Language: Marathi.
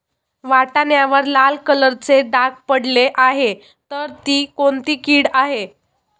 वाटाण्यावर लाल कलरचे डाग पडले आहे तर ती कोणती कीड आहे?